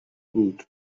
بود